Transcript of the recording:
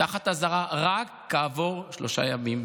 תחת אזהרה רק כעבור שלושה ימים.